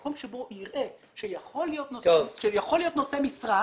מקום שבו יראה שיכול להיות נושא משרה.